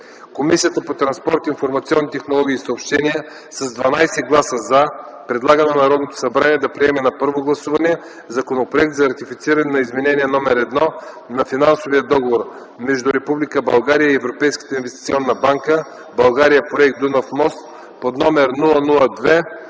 Комисията по транспорт, информационни технологии и съобщения с 12 „за” предлага на Народното събрание да приеме на първо гласуване Законопроект за ратифициране на Изменение № 1 на Финансовия договор между Република България и Европейската инвестиционна банка „България – проект Дунав мост”, №